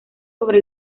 sobre